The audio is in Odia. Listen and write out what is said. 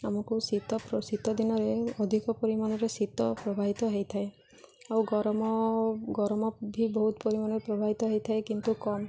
ଆମକୁ ଶୀତ ଶୀତ ଦିନରେ ଅଧିକ ପରିମାଣରେ ଶୀତ ପ୍ରବାହିତ ହେଇଥାଏ ଆଉ ଗରମ ଗରମ ବି ବହୁତ ପରିମାଣରେ ପ୍ରବାହିତ ହେଇଥାଏ କିନ୍ତୁ କମ୍